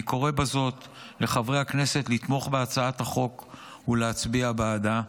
אני קורא בזאת לחברי הכנסת לתמוך בהצעת החוק ולהצביע בעדה.